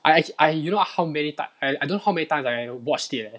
I act~ I you know how many times I I don't know how many times I watched it leh